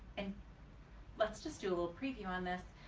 and let's just do a little preview on this,